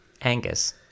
Angus